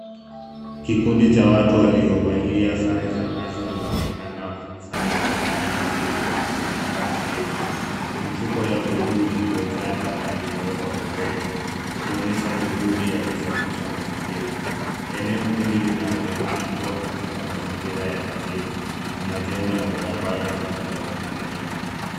Kikundi cha watu waliovalia sare za kazi wanaonekana wakikusanya taka nyingi zilizokusanyika ardhini. Mifuko yaa buluu iliyojaa taka imewekwa pembeni. Ikionyesha juhudi ya kusafisha mazingira. Eneo hii linaonekana kuwa katika mazingira ya mijini. Na majengo na barabara zikionekana nyuma.